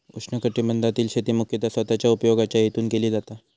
उष्णकटिबंधातील शेती मुख्यतः स्वतःच्या उपयोगाच्या हेतून केली जाता